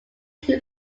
who